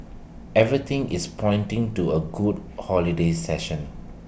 everything is pointing to A good holiday session